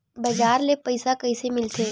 बजार ले पईसा कइसे मिलथे?